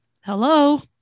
Hello